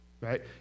right